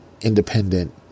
independent